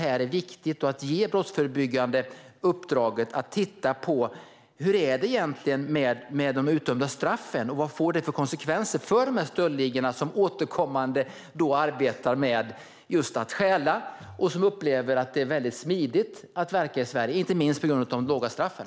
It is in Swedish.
Är det inte dags att ge Brottsförebyggande rådet i uppdrag att titta på hur det egentligen ser ut med de utdömda straffen? Vad får det för konsekvenser för dessa stöldligor som återkommande ägnar sig åt att stjäla. De upplever att det är väldigt smidigt att verka i Sverige, inte minst på grund av de låga straffen.